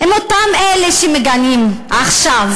הם אותם אלה שמגנים עכשיו.